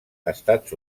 estats